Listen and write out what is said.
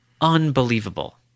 Unbelievable